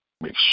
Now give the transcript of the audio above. Make